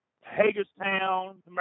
Hagerstown